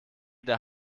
der